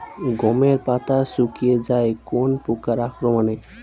গমের পাতা শুকিয়ে যায় কোন পোকার আক্রমনে?